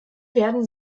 werden